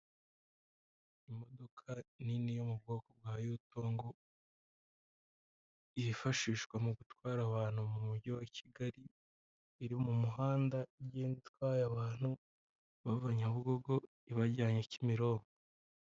Imodoka nini yo mu bwoko bwa yutongo yifashishwa mu gutwara abantu mu mujyi wa Kigali, iri mu muhanda itwaye abantu bava Nyabugogo ibajyanye Kimironko.